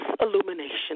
illumination